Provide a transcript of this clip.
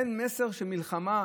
אין מסר של מלחמה,